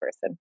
person